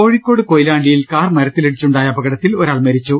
കോഴിക്കോട് കൊയിലാണ്ടിയിൽ കാർ മരത്തിലിടിച്ചുണ്ടായ അപ കടത്തിൽ ഒരാൾ മരിച്ചു